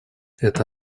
это